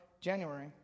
January